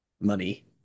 Money